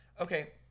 okay